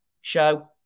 show